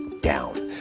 down